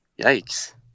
Yikes